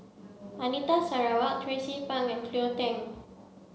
Anita Sarawak Tracie Pang and Cleo Thang